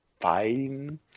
fine